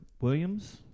Williams